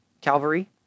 Calvary